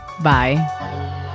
Bye